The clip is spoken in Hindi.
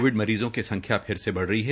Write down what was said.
कोविड मरीजों की संख्या फिर से बढ़ रही है